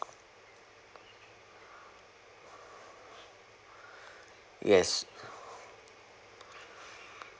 yes